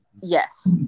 Yes